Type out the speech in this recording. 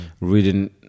Reading